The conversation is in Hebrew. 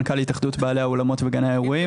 מנכ"ל התאחדות בעלי האולמות וגני האירועים.